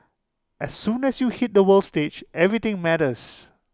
as soon as you hit the world stage everything matters